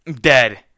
Dead